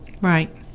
Right